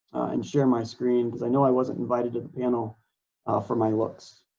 and share my screen because i know i wasn't invited to the panel for my looks,